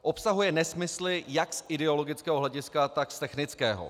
Obsahuje nesmysly jak z ideologického hlediska, tak z technického.